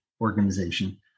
organization